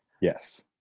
yes